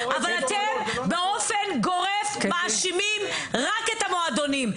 אבל אתם באופן גורף מאשימים רק את המועדונים.